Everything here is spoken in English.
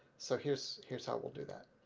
so here's here's how we'll do that.